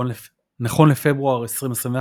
נכון לפברואר 2021,